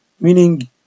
meaning